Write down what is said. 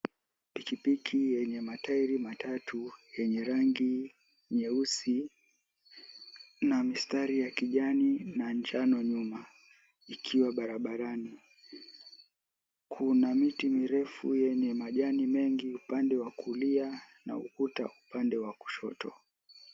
Pikipiki yenye matairi matatu yenye rangi nyeusi na mistari ya kijani na njano nyuma ikiwa barabarani. Kuna miti mirefu yenye majani mengi upande wa kulia na ukuta upande wa kushoto.